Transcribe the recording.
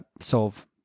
solve